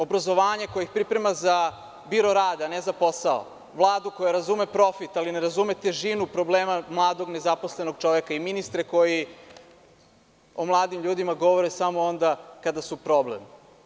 Obrazovanje koje ih priprema za biro rada a ne za posao, Vladu koja razume profit, ali ne razume težinu problema mladog nezaposlenog čoveka i ministre koji o mladim ljudima govore samo onda kada su problem.